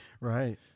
right